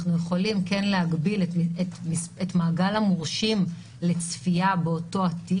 אנחנו כן יכולים להגביל את מעגל המורשים לצפייה באותו התיק,